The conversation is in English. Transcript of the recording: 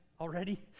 already